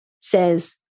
says